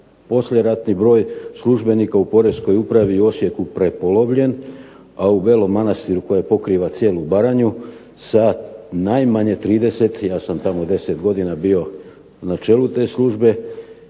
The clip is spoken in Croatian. poslije ratni broj službenika u Poreskoj upravi u Osijeku prepolovljen, a u Belom Manastiru koja pokriva cijelu Baranju najmanje 30, ja sam tamo 10 godina bio na čelu te službe,